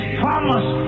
promise